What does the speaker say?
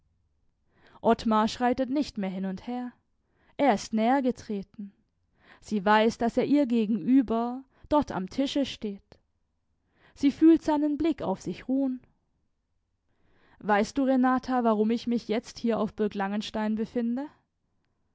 ottmar schreitet nicht mehr hin und her er ist näher getreten sie weiß daß er ihr gegenüber dort am tische steht sie fühlt seinen blick auf sich ruhen weißt du renata warum ich mich jetzt hier auf burg langenstein befinde